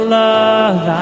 love